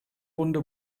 runde